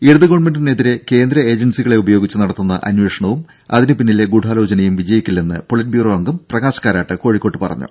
ഇടതു ഗവൺമെന്റിനെതിരെ കേന്ദ്ര ഏജൻസികളെ ഉപയോഗിച്ച് നടത്തുന്ന അന്വേഷണവും അതിനു പിന്നിലെ ഗൂഢാലോചനയും വിജയിക്കില്ലെന്ന് പൊളിറ്റ് ബ്യൂറോ അംഗം പ്രകാശ് കാരാട്ട് കോഴിക്കോട്ട് പറഞ്ഞു